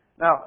Now